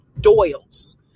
Doyle's